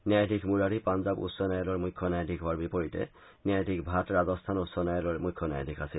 ন্যায়াধীশ মুৰাৰী পাঞ্জাব উচ্চ ন্যায়ালয়ৰ মুখ্য ন্যায়াধীশ হোৱাৰ বিপৰীতে ন্যায়াধীশ ভাট ৰাজশ্বান উচ্চ ন্যায়ালয়ৰ মুখ্য ন্যায়াধীশ আছিল